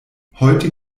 heute